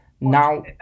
now